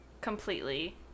completely